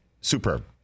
superb